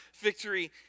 victory